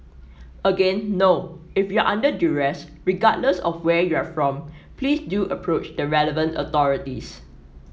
again no if you are under duress regardless of where you are from please do approach the relevant authorities